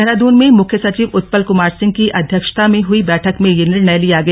देहरादून में मुख्य सचिव उत्पल कुमार सिंह की अध्यक्षता में हई बैठक में यह निर्णय लिया गया